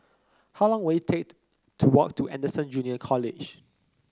how long will it take to walk to Anderson Junior College